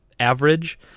average